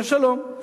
יהיה שלום.